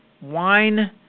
wine